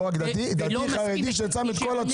דתי חרדי שצם בכל ימי